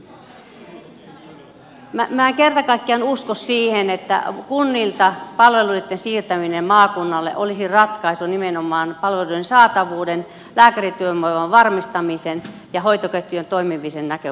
minä en kerta kaikkiaan usko siihen että palveluitten siirtäminen kunnilta maakunnalle olisi ratkaisu nimenomaan palveluiden saatavuuden lääkärityövoiman varmistamisen ja hoitoketjujen toimimisen näkökulmasta